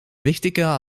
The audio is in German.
wichtiger